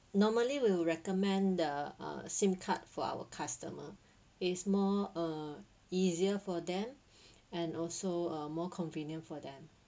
normally we will recommend the uh SIM card for our customer is more uh easier for them and also uh more convenient for them